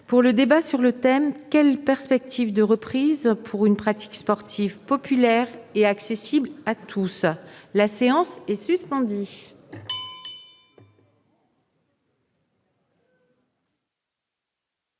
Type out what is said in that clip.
heures - Débat sur le thème :« Quelle perspective de reprise pour une pratique sportive populaire et accessible à tous ?» (demande du